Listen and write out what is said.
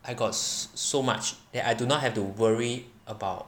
I got s~ so much that I do not have to worry about